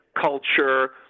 culture